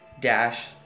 dash